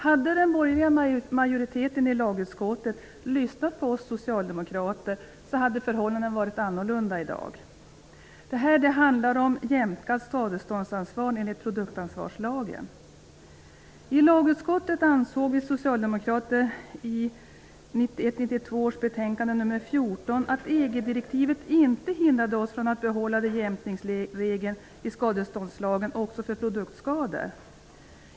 Hade den borgerliga majoriteten i lagutskottet lyssnat på oss socialdemokrater, hade förhållandena i dag varit annorlunda. Det här betänkandet handlar om jämkat skadeståndsansvar enligt produktansvarslagen. I lagutskottet ansåg vi socialdemokrater angående betänkande 1991/92:14 att EG-direktivet inte hindrade oss i Sverige från att behålla jämkningsregeln i skadeståndslagen också för produktskador.